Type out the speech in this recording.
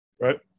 right